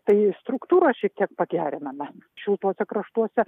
tai struktūrą šiek tiek pageriname šiltuose kraštuose